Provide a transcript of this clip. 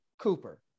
Cooper